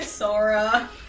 Sora